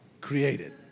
created